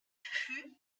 fut